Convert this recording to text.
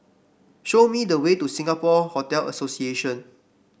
show me the way to Singapore Hotel Association